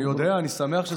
אני יודע, אני שמח שזה קרה.